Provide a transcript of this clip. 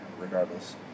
regardless